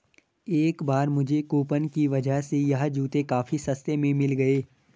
इस बार मुझे कूपन की वजह से यह जूते काफी सस्ते में मिल गए